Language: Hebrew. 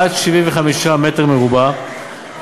עד 75 מטר מרובע,